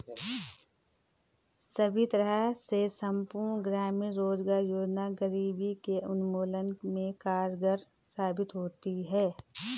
सभी तरह से संपूर्ण ग्रामीण रोजगार योजना गरीबी के उन्मूलन में कारगर साबित होती है